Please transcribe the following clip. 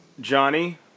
Johnny